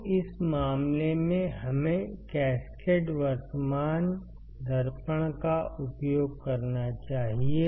तो इस मामले में हमें कैस्केड वर्तमान दर्पण का उपयोग करना चाहिए